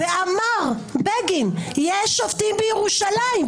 אמר בגין "יש שופטים בירושלים",